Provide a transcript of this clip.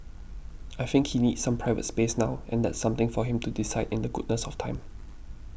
I think he needs some private space now and that's something for him to decide in the goodness of time